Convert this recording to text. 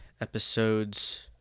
episodes